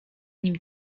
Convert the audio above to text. nim